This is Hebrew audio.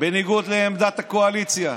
בניגוד לעמדת הקואליציה,